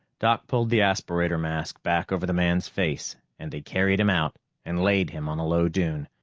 doc pulled the aspirator mask back over the man's face and they carried him out and laid him on a low dune.